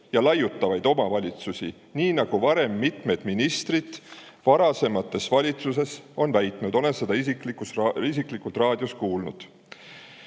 ja laiutavaid omavalitsusi, nii nagu mitmed ministrid varasemates valitsustes on väitnud. Olen seda isiklikult raadiost kuulnud.